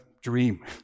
dream